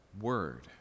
word